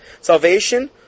Salvation